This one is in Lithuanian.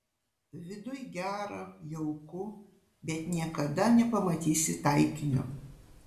viduj gera jauku bet niekada nepamatysi taikinio